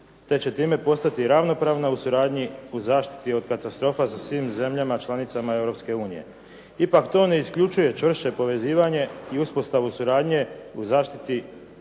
te će time postati ravnopravna u suradnji i zaštiti od katastrofa sa svim zemljama članicama Europske unije. Ipak to ne isključuje čvršće povezivanje i uspostavu suradnje u zaštiti